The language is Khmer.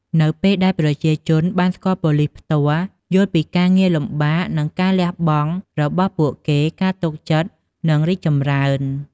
នៅពេលដែលប្រជាជនបានស្គាល់ប៉ូលីសផ្ទាល់ យល់ពីការងារលំបាក និងការលះបង់របស់ពួកគេ ការទុកចិត្តនឹងរីកចម្រើន។